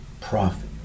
profit